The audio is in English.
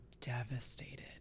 devastated